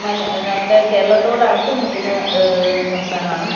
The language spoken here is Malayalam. നമ്മുടെ കേരളത്തോട് അടുത്ത് നിൽക്കുന്ന സംസ്ഥാനമാണ്